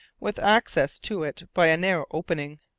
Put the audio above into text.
with access to it by a narrow opening.